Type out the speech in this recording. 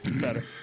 better